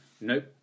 nope